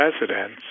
residents